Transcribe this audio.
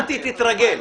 נתי, תתרגל.